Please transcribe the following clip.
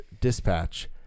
dispatch